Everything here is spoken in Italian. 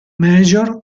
major